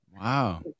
Wow